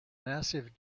massive